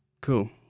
cool